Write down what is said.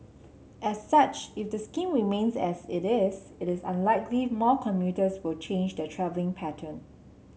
as such if the scheme remains as it is it is unlikely more commuters will change their travelling pattern